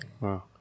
Wow